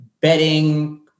bedding